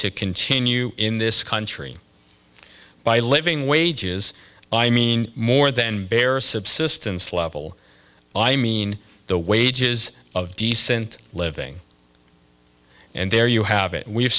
to continue in this country by living wages i mean more than bare subsistence level i mean the wages of decent living and there you have it we've